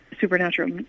supernatural